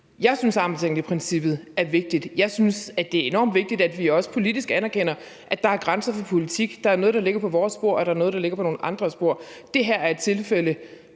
Jeg synes, armslængdeprincippet er vigtigt. Jeg synes, at det er enormt vigtigt, at vi også politisk anerkender, at der er grænser for politik, at der er noget, der ligger på vores bord, og noget, der ligger på nogle andres bord. Det her er et tilfælde,